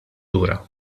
lura